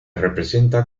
representa